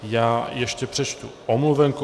Já ještě přečtu omluvenku.